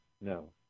No